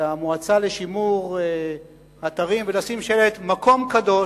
למועצה לשימור אתרים ולשים שלט "מקום קדוש,